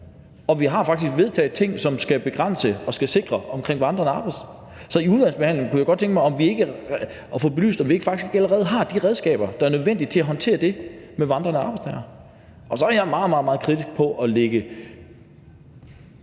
Og vi har faktisk vedtaget ting, som skal begrænse og skal sikre det med vandrende arbejdstagere. Så i udvalgsbehandlingen kunne jeg godt tænke mig at få belyst, om vi faktisk ikke allerede har de redskaber, der er nødvendige for at håndtere det med vandrende arbejdstagere. Og så er jeg meget, meget